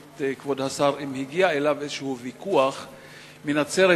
אם הגיע אליו איזה ויכוח מנצרת-עילית,